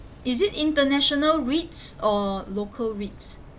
is it international REITs or local REITs